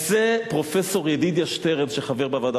אז זה פרופסור ידידיה שטרן שחבר בוועדה.